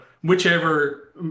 whichever